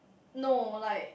no like